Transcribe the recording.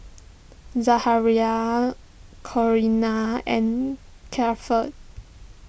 Corinna and Keifer